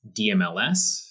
DMLS